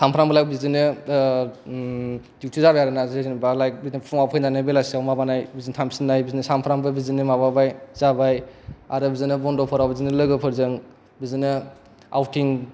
सामफ्रोमबो बिदिनो दिउथि जागोन आरोना जेनोबा लाइक बिदिनो फुंआव फैनानै बेलासियाव माबानाय बिदिनो थांफिननाय बिदिनो सामफ्रोमबो बिदिनो जाबाय आरो बिदिनो बन्द' फोराव बिदिनो लोगोफोरजों बिदिनो आवथिं